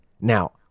Now